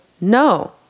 No